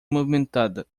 movimentada